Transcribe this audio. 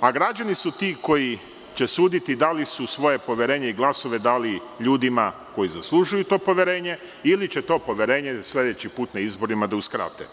a građani su ti koji će suditi da li su svoje poverenje i glasove dali ljudima koji zaslužuju to poverenje, ili će to poverenje sledeći put na izborima da uskrate.